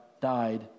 died